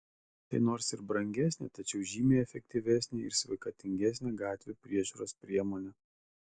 tai nors ir brangesnė tačiau žymiai efektyvesnė ir sveikatingesnė gatvių priežiūros priemonė